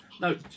No